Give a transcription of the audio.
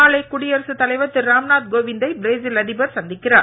நாளை குடியரசு தலைவர் திரு ராம் நாத் கோவிந்தை பிரேசில் அதிபர் சந்திக்கிறார்